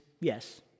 yes